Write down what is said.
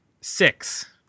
six